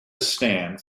stand